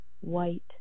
white